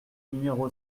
numéro